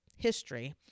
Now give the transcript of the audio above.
History